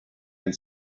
and